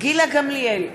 גילה גמליאל,